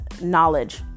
knowledge